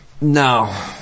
no